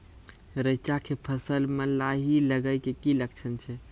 रैचा के फसल मे लाही लगे के की लक्छण छै?